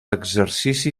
exercici